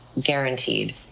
guaranteed